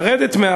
לרדת,